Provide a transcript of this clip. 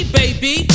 baby